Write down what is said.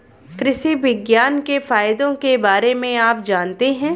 कृषि विज्ञान के फायदों के बारे में आप जानते हैं?